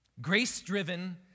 Grace-driven